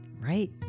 Right